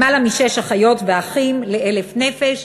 למעלה משישה אחיות ואחים ל-1,000 נפש,